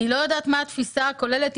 אני לא יודעת מה התפיסה הכוללת,